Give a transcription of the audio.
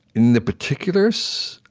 in the particulars,